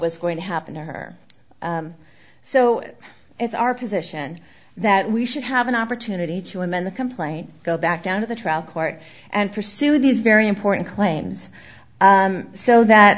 was going to happen to her so it's our position that we should have an opportunity to amend the complaint go back down to the trial court and pursue these very important claims so that